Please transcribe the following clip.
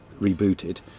rebooted